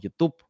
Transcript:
youtube